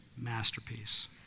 masterpiece